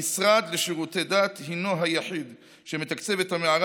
המשרד לשירותי דת הוא היחיד שמתקצב את המערה